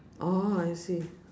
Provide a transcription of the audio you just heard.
oh I see